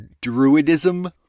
druidism